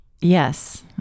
Yes